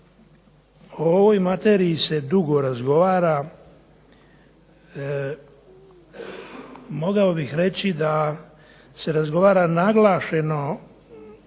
O ovoj materiji se dugo razgovara. Mogao bih reći da se razgovara naglašeno